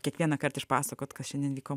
kiekvienąkart išpasakot kas šiandien vyko